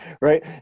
right